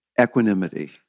equanimity